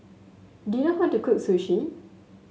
do you know how to cook Sushi